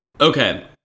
Okay